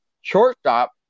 shortstop